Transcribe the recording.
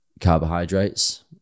carbohydrates